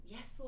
Yes